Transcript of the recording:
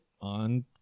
on